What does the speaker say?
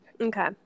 Okay